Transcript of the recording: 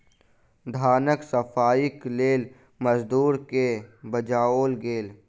धानक सफाईक लेल मजदूर के बजाओल गेल